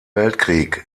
weltkrieg